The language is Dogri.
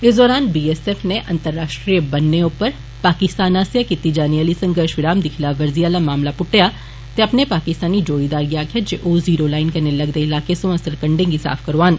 इस दौरान ठैथ नै अंतर्राष्ट्रीय बन्नै उप्पर पाकिस्तान आस्सेआ कीती जाने आली संघर्श विराम दी खिलाफवर्जी आला मामला पुट्टेआ ते अपने पाकिस्तानी जोड़ीदार गी आक्खेआ जे ओ जिरो लाईन कन्नै लगदे इलाके सोया सरकंडें गी साफ करौआन